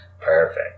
perfect